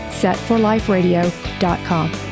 setforliferadio.com